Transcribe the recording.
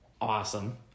awesome